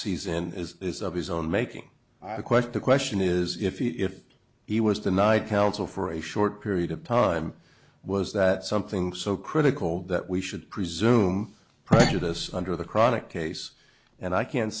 season is of his own making i question the question is if he was denied counsel for a short period of time was that something so critical that we should presume prejudice under the chronic case and i can't